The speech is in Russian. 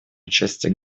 участия